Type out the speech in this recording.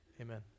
amen